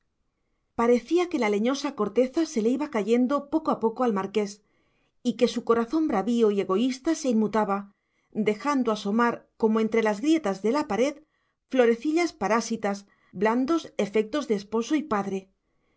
parecía que la leñosa corteza se le iba cayendo poco a poco al marqués y que su corazón bravío y egoísta se inmutaba dejando asomar como entre las grietas de la pared florecillas parásitas blandos afectos de esposo y padre